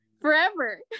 forever